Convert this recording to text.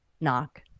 knock